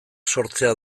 sortzea